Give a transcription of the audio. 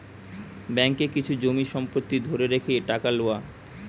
ব্যাঙ্ককে কিছু জমি সম্পত্তি ধরে রেখে টাকা লওয়া